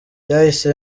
byahise